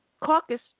caucus